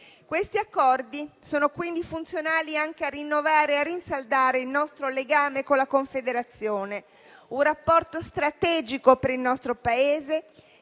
Questi accordi sono quindi funzionali anche a rinnovare e a rinsaldare il nostro legame con la Confederazione; un rapporto strategico per il nostro Paese